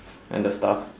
and the stuff